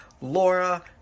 Laura